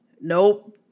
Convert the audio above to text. Nope